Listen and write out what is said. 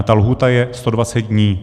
Ta lhůta je 120 dní.